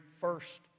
first